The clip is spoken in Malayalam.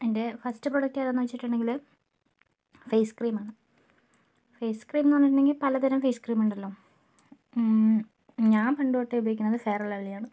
എൻ്റെ ഫസ്റ്റ് പ്രൊഡക്ട് എതാന്ന് വെച്ചിട്ടിണ്ടെങ്കില് ഫെയ്സ്ക്രീം ആണ് ഫെയ്സ്ക്രീമെന്ന് പറഞ്ഞിട്ടുണ്ടെങ്കിൽ പലതരം ഫെയ്സ്ക്രീം ഉണ്ടല്ലൊ ഞാൻ പണ്ട് തൊട്ടെ ഉപയോഗിക്കുന്നത് ഫെയറൽലൗലിയാണ്